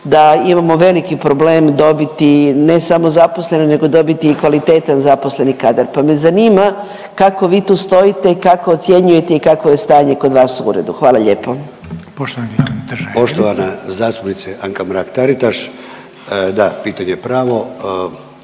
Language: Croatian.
da imamo veliki problem dobiti ne samo zaposlene nego dobiti i kvalitetan zaposleni kadar, pa me zanima kako vi tu stojite, kako ocjenjujete i kakvo je stanje kod vas u uredu. Hvala lijepo. **Reiner, Željko (HDZ)** Poštovani glavni